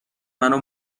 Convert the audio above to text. منو